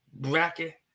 bracket